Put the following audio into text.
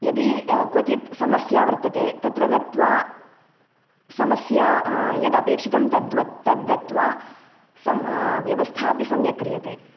यदि क्वचित् समस्या वर्तते तत्र गत्वा समस्या यदपेक्षितं तद्व तद्दत्त्वा सं व्यवस्था अपि सम्यक् क्रियते